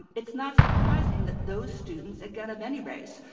it's not surprising that those students, again, of any race,